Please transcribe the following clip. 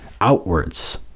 outwards